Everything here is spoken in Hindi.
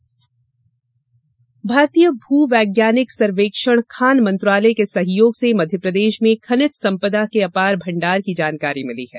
खनिज संपदा भारतीय भू वैज्ञानिक सर्वेक्षण खान मंत्रालय के सहयोग से मध्यप्रदेश में खनिज संपदा के अपार भंडार की जानकारी मिली है